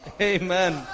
Amen